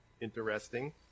interesting